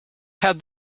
had